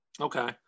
Okay